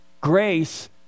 grace